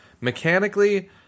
Mechanically